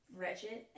wretched